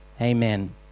Amen